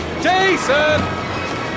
Jason